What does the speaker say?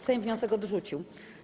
Sejm wniosek odrzucił.